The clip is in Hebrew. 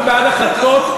אנחנו בעד החלטות,